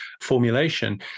formulation